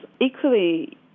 Equally